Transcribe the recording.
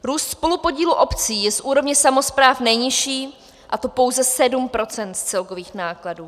Růst spolupodílu obcí je z úrovně samospráv nejnižší, a to pouze 7 % z celkových nákladů.